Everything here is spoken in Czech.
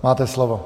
Máte slovo.